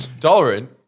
tolerant